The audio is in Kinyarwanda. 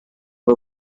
rwo